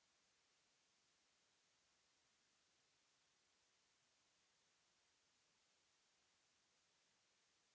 ...